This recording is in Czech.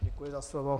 Děkuji za slovo.